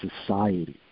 society